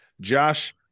Josh